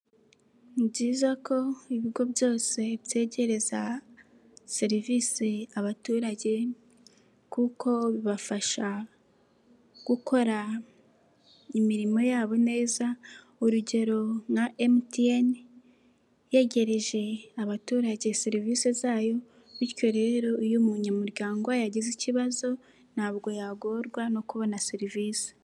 Ni byiza ko ibigo byose byegereza serivisi abaturage kuko bibafasha gukora imirimo yabo neza, urugero nka Emutiyeni, yegereje abaturage serivisi zayo, bityo rero iyo umunyamuryango yagize ikibazo, ntabwo yagorwa no kubona serivisi.